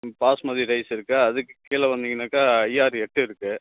ம் பாஸ்மதி ரைஸ் இருக்குது அதுக்கு கீழே வந்திங்கனாக்கா ஐயாரு எட்டு இருக்குது